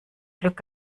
glück